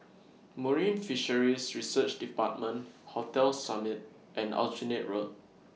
Marine Fisheries Research department Hotel Summit and Aljunied Road